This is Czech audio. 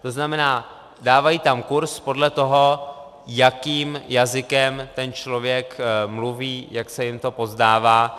To znamená, dávají tam kurz podle toho, jakým jazykem ten člověk mluví, jak se jim to pozdává.